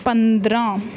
ਪੰਦਰਾਂ